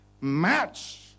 match